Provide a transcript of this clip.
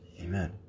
Amen